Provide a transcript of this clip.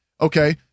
Okay